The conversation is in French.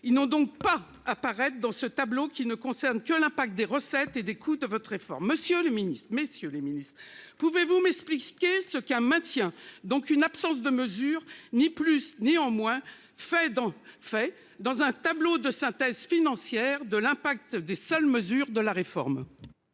Ils n'ont donc pas apparaître dans ce tableau qui ne concerne que l'impact des recettes et des coûts de votre réforme Monsieur le ministre, messieurs les Ministres, pouvez-vous m'expliquer ce qu'un maintien donc une absence de mesures ni plus néanmoins fait en fait dans un tableau de synthèse financière de l'impact des seules mesures de la réforme.